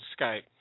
Skype